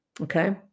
okay